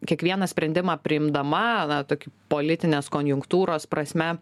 kiekvieną sprendimą priimdama na tokį politinės konjunktūros prasme